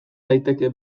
daiteke